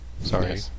Sorry